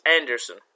Anderson